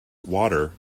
water